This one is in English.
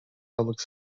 public